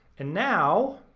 and now